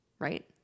Right